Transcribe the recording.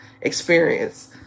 experience